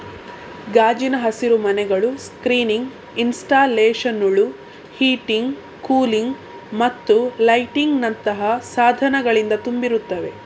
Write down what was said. ಗಾಜಿನ ಹಸಿರುಮನೆಗಳು ಸ್ಕ್ರೀನಿಂಗ್ ಇನ್ಸ್ಟಾಲೇಶನುಳು, ಹೀಟಿಂಗ್, ಕೂಲಿಂಗ್ ಮತ್ತು ಲೈಟಿಂಗಿನಂತಹ ಸಾಧನಗಳಿಂದ ತುಂಬಿರುತ್ತವೆ